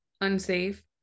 unsafe